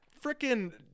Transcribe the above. freaking